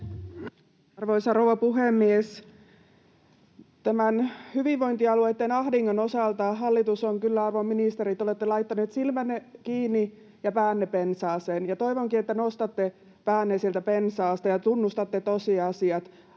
Arvoisa rouva puhemies! Tämän hyvinvointialueitten ahdingon osalta hallitus, arvon ministerit, olette kyllä laittaneet silmänne kiinni ja päänne pensaaseen, ja toivonkin, että nostatte päänne sieltä pensaasta ja tunnustatte tosiasiat.